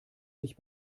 sich